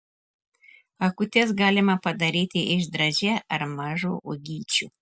akutes galima padaryti iš dražė ar mažų uogyčių